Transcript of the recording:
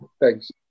Thanks